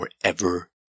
forever